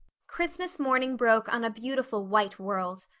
christmas morning broke on a beautiful white world.